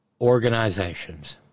organizations